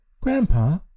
Grandpa